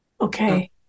Okay